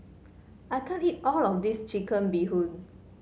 I can't eat all of this Chicken Bee Hoon